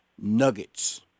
nuggets